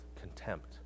contempt